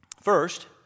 First